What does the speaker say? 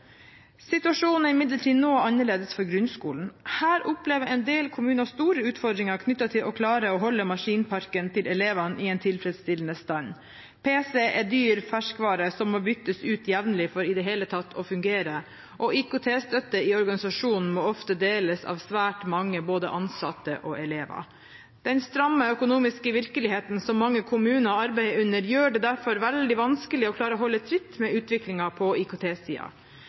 Situasjonen er imidlertid noe annerledes for grunnskolen. Her opplever en del kommuner store utfordringer knyttet til å klare å holde maskinparken til elevene i en tilfredsstillende stand. Pc er dyr ferskvare som må byttes ut jevnlig for i det hele tatt å fungere, og IKT-støtte i organisasjonen må ofte deles av svært mange, både ansatte og elever. Den stramme økonomiske virkeligheten som mange kommuner arbeider under, gjør det derfor veldig vanskelig å klare å holde tritt med utviklingen på